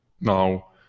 now